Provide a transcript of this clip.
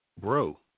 bro